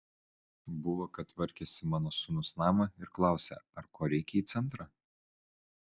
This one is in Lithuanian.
buvo kad tvarkėsi mano sūnus namą ir klausia ar ko reikia į centrą